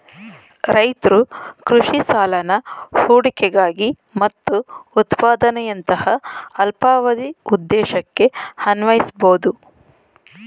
ರೈತ್ರು ಕೃಷಿ ಸಾಲನ ಹೂಡಿಕೆಗಾಗಿ ಮತ್ತು ಉತ್ಪಾದನೆಯಂತಹ ಅಲ್ಪಾವಧಿ ಉದ್ದೇಶಕ್ಕೆ ಅನ್ವಯಿಸ್ಬೋದು